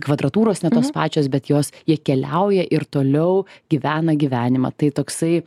kvadratūros ne tos pačios bet jos jie keliauja ir toliau gyvena gyvenimą tai toksai